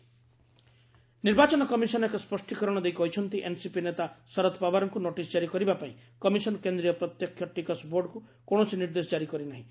EC Sharad Pawar ନିର୍ବାଚନ କମିଶନ ଏକ ସ୍ୱଷ୍ଟୀକରଣ ଦେଇ କହିଛି ଏନ୍ସିପି ନେତା ଶରଦ ପାୱ୍ୱାରଙ୍କୁ ନୋଟିସ୍ ଜାରି କରିବା ପାଇଁ କମିଶନ କେନ୍ଦ୍ରୀୟ ପ୍ରତ୍ୟକ୍ଷ ଟିକସ ବୋର୍ଡକୁ କୌଣସି ନିର୍ଦ୍ଦେଶ ଜାରି କରିନାହିଁ